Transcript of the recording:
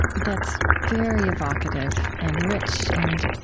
that's very evocative and rich, and